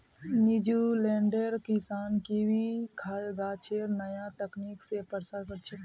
न्यूजीलैंडेर किसान कीवी गाछेर नया तकनीक स प्रसार कर छेक